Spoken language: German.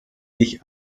ich